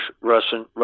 Russian